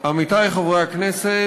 תודה רבה, עמיתי חברי הכנסת,